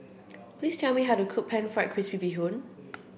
please tell me how to cook pan fried crispy bee hoon